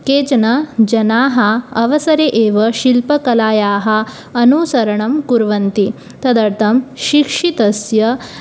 केचन जनाः अवसरे एव शिल्पकलायाः अनुसरणं कुर्वन्ति तदर्थं शिक्षितस्य